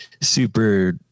super